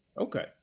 Okay